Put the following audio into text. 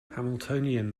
hamiltonian